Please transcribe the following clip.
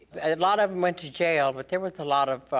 and a lot of them went to jail, but there was a lot of,